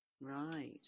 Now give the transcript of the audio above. right